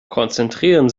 konzentrieren